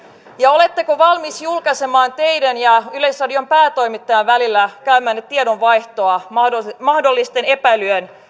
ja oletteko valmis julkaisemaan teidän ja yleisradion päätoimittajan välillä käymäänne tiedonvaihtoa mahdollisten mahdollisten epäilyjen